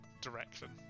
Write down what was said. direction